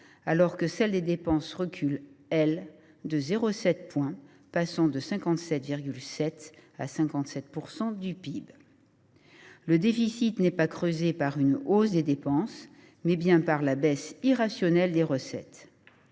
alors que celle des dépenses recule, elle, de 0,7 point, passant de 57,7 % à 57 % du PIB. Le déficit s’est creusé du fait non pas d’une hausse des dépenses, mais bien d’une baisse irrationnelle des recettes.